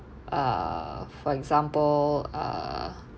uh for example uh